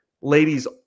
Ladies